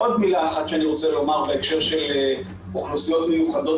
עוד מילה בהקשר של אוכלוסיות מיוחדות